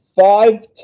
five